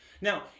Now